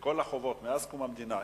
וכל החובות מאז קום המדינה,